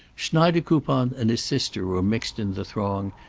schneidekoupon and his sister were mixed in the throng,